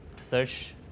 search